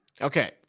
Okay